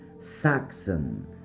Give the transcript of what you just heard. Saxon